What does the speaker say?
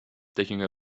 taking